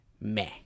meh